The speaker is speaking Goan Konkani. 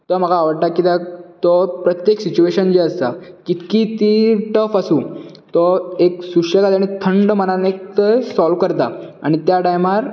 तो म्हाका आवडटा कित्याक तो प्रत्येक सिट्युएशन जे आसा जितकी ती टफ आसूं तो एक सुशेगाद आनी थंड मनान एकतर सोलव करता आनी एक तर त्या टायमार